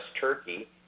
Turkey